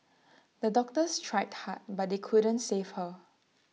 the doctors tried hard but they couldn't save her